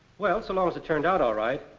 well, so long as it turned out all right.